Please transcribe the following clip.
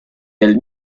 del